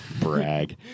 Brag